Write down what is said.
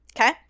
Okay